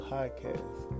Podcast